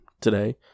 today